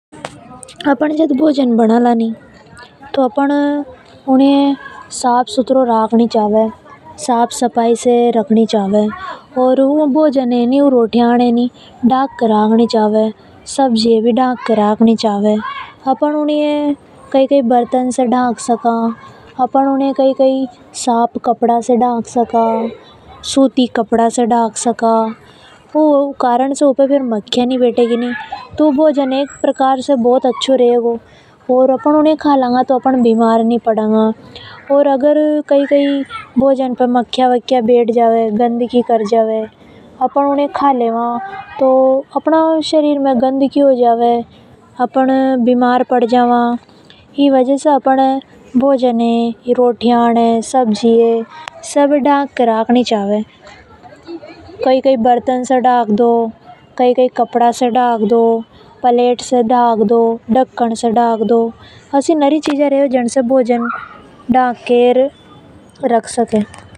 अपन जद भोजन बना लेवा नि तो अपन ये भोजन न साफ सफाई से रखना चाव। ओर रोटियां ने डाक के रखनी चाव। सब्जी ये भी डाक के रखनी चावे अपन इन्हें नरी चीजा से डा क सका जसा की बर्तन से अपन ऊनी ये कई कई साफ कपड़ा से डाक सका। सूती कपड़ा से और ऐनी भोजन पे माखियां नि बैठेगी तो ऊ एक प्रकार से घनों अच्छों लगेगा। ओर साफ भोजन कावागा तो अपन बीमार नि पड़ागा। और अगर भोजन पे माखियां बैठ जावे ओर गंदगी कर जावे तो ऊ भोजन गंदे जैसे हो जावे ओर अपने लिए सही नि रेवे। ई वजह से अपन न सही ओर साफ भोजन खानो चावे है।